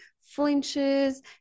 flinches